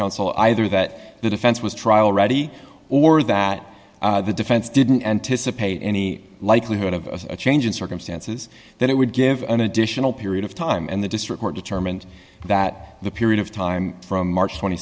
counsel either that the defense was trial ready or that the defense didn't anticipate any likelihood of a change in circumstances that it would give an additional period of time and the district court determined that the period of time from march t